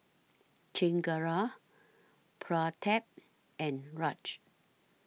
Chengara Pratap and Raj